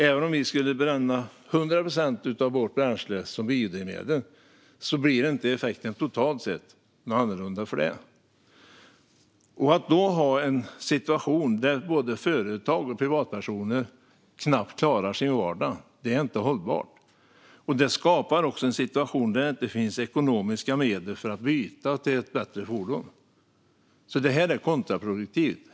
Även om 100 procent av vårt bränsle skulle vara biodrivmedel blir inte effekten totalt sett annorlunda för det. Att då ha en situation där företag och privatpersoner knappt klarar sin vardag är inte hållbart. Det skapar också en situation där det inte finns ekonomiska medel för att byta till ett bättre fordon. Det här är kontraproduktivt.